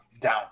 down